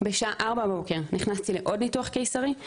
בשעה 4 בבוקר נכנסתי לעוד ניתוח קיסרי,